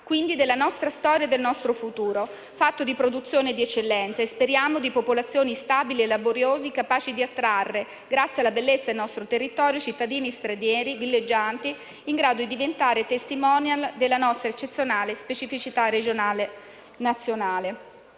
quindi della nostra storia e del nostro futuro, fatto di produzione di eccellenza e - speriamo - di popolazioni stabili e laboriose, capaci di attrarre, grazie alla bellezza del nostro territorio, cittadini stranieri villeggianti, in grado di diventare *testimonial* della nostra eccezionale specificità regionale e nazionale.